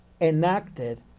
enacted